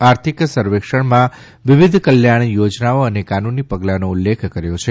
આર્થિક સર્વેક્ષણમાં વિવિધ કલ્યાણ યોજનાઓ અને કાનૂની પગલાંનો ઉલ્લેખ કર્યો છે